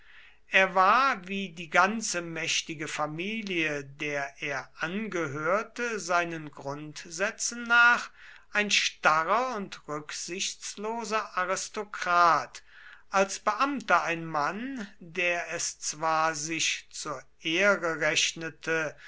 er war wie die ganze mächtige familie der er angehörte seinen grundsätzen nach ein starrer und rücksichtsloser aristokrat als beamter ein mann der es zwar sich zur ehre rechnete